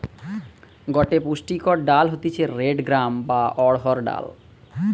গটে পুষ্টিকর ডাল হতিছে রেড গ্রাম বা অড়হর ডাল